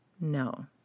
No